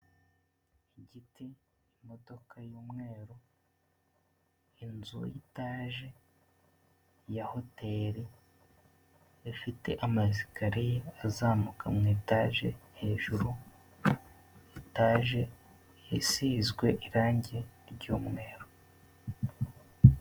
Igiti, imodoka y'umweru, inzu y'itaje ya hoteri, ifite ama esikariye azamuka mu etaje hejuru, etaje isizwe irangi ry'umweru.